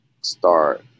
start